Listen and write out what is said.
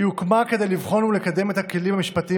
היא הוקמה כדי לבחון ולקדם את הכלים המשפטיים